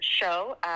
show